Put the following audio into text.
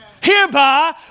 Hereby